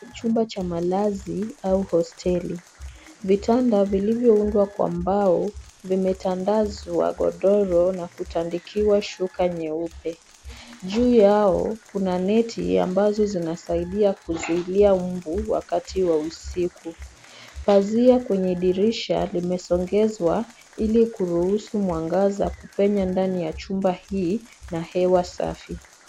Ni chumba cha malazi au hosteli. Vitanda vilivyoundwa kwa mbao, vimetandazwa godoro na kutandikiwa shuka nyeupe. Juu yao kuna neti ambazo zinasaidia kuzuia mbu wakati wa usiku. Pazia kwenye dirisha limesongezwa ili kuruhusu mwangaza kupenya ndani ya chumba hii na hewa safi.